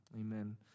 Amen